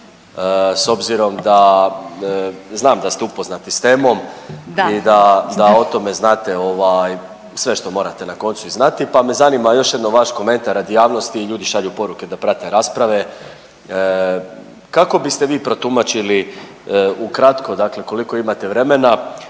s obzirom da, znam da ste upoznati s temom…/Upadica Orešković: Da/…i da o tome znate ovaj sve što morate na koncu i znati, pa me zanima još jednom vaš komentar radi javnosti i ljudi šalju poruke da prate rasprave. Kako biste vi protumačili ukratko dakle koliko imate vremena,